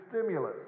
stimulus